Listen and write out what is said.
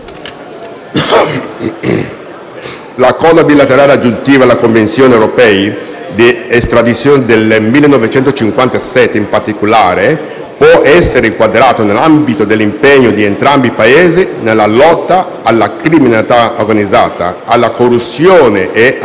L'Accordo bilaterale aggiuntivo alla Convenzione europea di estradizione del 1957, in particolare, può essere inquadrato nell'ambito dell'impegno di entrambi i Paesi nella lotta alla criminalità organizzata, alla corruzione e al